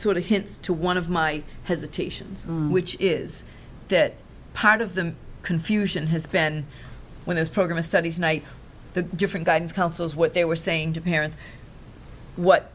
sort of hints to one of my hesitations which is that part of the confusion has been when this program studies night the different guidance counselors what they were saying to parents what